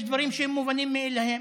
יש דברים שהם מובנים מאליהם,